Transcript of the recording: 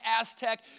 Aztec